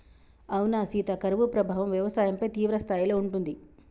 అవునా సీత కరువు ప్రభావం వ్యవసాయంపై తీవ్రస్థాయిలో ఉంటుంది